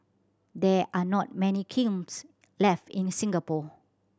there are not many kilns left in Singapore